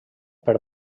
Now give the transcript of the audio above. per